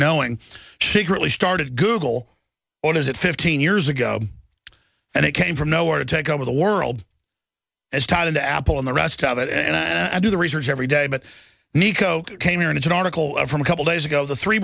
knowing secretly started google or is it fifteen years ago and it came from nowhere to take over the world as tied into apple and the rest of it and i do the research every day but nico came in it's an article from a couple days ago the three